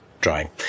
drying